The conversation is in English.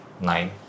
nine